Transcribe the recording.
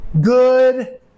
good